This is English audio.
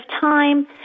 time